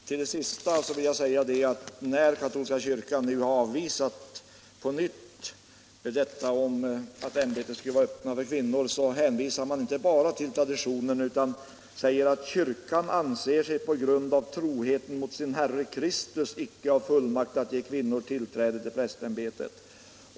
Herr talman! I anslutning till det sistnämnda vill jag erinra om att när den katolska kyrkan nu på nytt har avvisat tanken att prästämbetet skulle öppnas för kvinnor hänvisar man inte bara till traditionen, utan man säger att kyrkan anser sig på grund av troheten mot sin Herre Kristus icke ha fullmakt att ge kvinnor tillträde till prästämbetet.